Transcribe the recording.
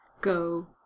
go